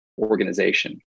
organization